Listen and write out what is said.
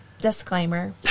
disclaimer